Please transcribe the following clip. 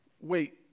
wait